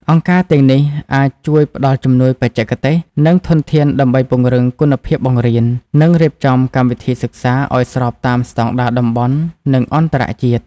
អង្គការទាំងនេះអាចជួយផ្តល់ជំនួយបច្ចេកទេស និងធនធានដើម្បីពង្រឹងគុណភាពបង្រៀន និងរៀបចំកម្មវិធីសិក្សាឱ្យស្របតាមស្តង់ដារតំបន់ និងអន្តរជាតិ។